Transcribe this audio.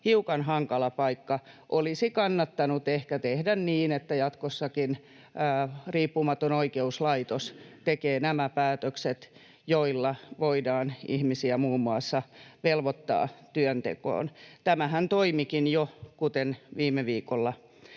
hiukan hankala paikka. Olisi kannattanut ehkä tehdä niin, että jatkossakin riippumaton oikeuslaitos tekee nämä päätökset, joilla voidaan ihmisiä muun muassa velvoittaa työntekoon. Tämähän toimikin jo, kuten viime viikolla